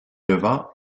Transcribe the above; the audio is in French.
levant